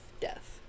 death